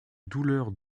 douleur